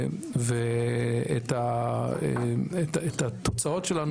את התוצאות שלנו